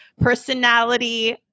personality